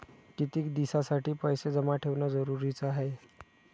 कितीक दिसासाठी पैसे जमा ठेवणं जरुरीच हाय?